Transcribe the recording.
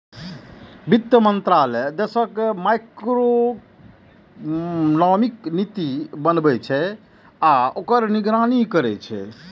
वित्त मंत्रालय देशक मैक्रोइकोनॉमिक नीति बनबै छै आ ओकर निगरानी करै छै